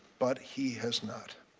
but he has not.